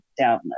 download